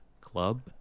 Club